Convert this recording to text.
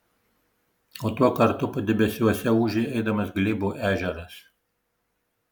o tuo kartu padebesiuose ūžė eidamas glėbo ežeras